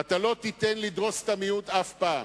ולא תיתן לדרוס את המיעוט אף פעם.